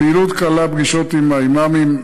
הפעילות כללה פגישות עם האימאמים,